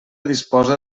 disposa